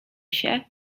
się